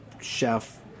chef